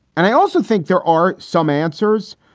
and i also think there are some answers,